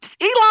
Elon